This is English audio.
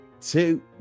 two